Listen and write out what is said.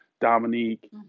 Dominique